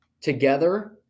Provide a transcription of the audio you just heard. together